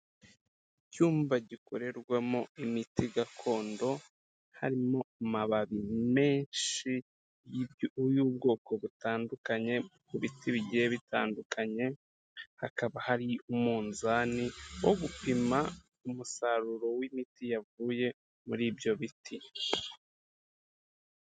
Icyumba gikorerwamo imiti gakondo, harimo amababi menshi y'ubwoko butandukanye ku biti bigiye bitandukanye, hakaba hari umunzani wo gupima umusaruro w'imiti yavuye muri ibyo biti.